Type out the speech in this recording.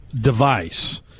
device